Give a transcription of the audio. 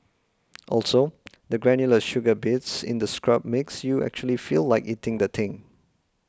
also the granular sugar bits in the scrub makes you actually feel like eating the thing